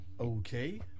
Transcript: Okay